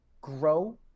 grow